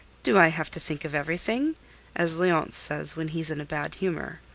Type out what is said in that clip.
do i have to think of everything as leonce says when he's in a bad humor.